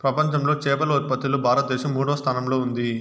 ప్రపంచంలో చేపల ఉత్పత్తిలో భారతదేశం మూడవ స్థానంలో ఉంది